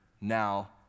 now